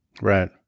Right